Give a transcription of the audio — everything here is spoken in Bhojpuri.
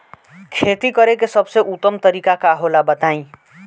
खेती करे के सबसे उत्तम तरीका का होला बताई?